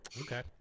Okay